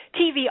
TV